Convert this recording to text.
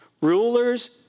Rulers